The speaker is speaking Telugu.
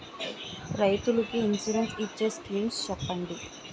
రైతులు కి ఇన్సురెన్స్ ఇచ్చే స్కీమ్స్ చెప్పండి?